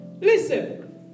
Listen